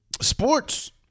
sports